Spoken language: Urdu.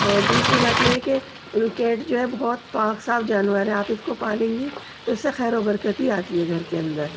اور دوسری بات یہ ہے کہ کیٹ جو ہے بہت پاک صاف جانور ہے آپ اس کو پالیں گی تو اس سے خیر و برکت ہی آتی ہے گھر کے اندر